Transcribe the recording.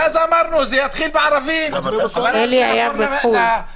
ואז אמרנו, זה יתחיל בערבים -- אלי היה בחו"ל.